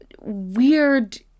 weird